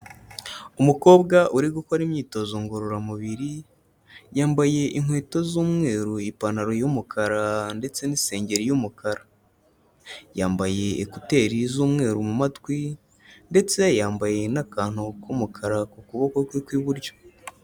Umukobwa uri gukora imyitozo ngororamubiri, yambaye inkweto z'umweru, ipantaro y'umukara ndetse n'isengeri y'umukara, yambaye ekuteri z'umweru mu matwi ndetse yambaye n'akantu k'umukara ku kuboko kwe kw'iburyo.